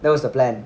that was the plan